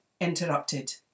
Interrupted